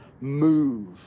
move